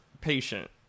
patient